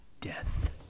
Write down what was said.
Death